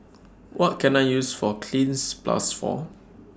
What Can I use For Cleanz Plus For